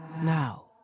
Now